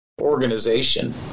organization